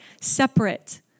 separate